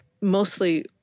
mostly